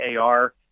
AR